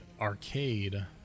arcade